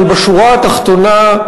אבל בשורה התחתונה,